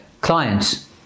clients